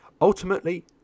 Ultimately